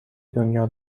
دنیا